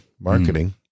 marketing